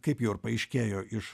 kaip jau ir paaiškėjo iš